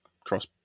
cross